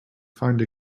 find